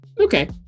okay